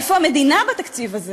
איפה המדינה בתקציב הזה?